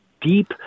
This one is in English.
deep